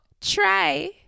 try